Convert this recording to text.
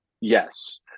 Yes